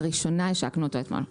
לראשונה השקנו אותו אתמול.